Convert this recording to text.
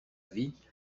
vie